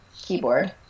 keyboard